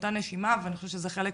באותה נשימה, ואני חושבת שזה חלק